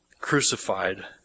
crucified